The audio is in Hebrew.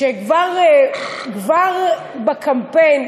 שכבר בקמפיין,